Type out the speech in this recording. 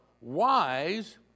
wise